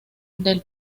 del